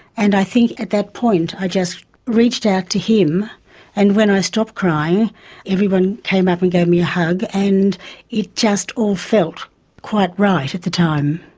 and i think at that point i just reached out to him and when i stopped crying everyone came up and gave me a hug and it just all felt quite right at the time.